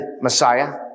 Messiah